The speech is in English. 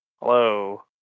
Hello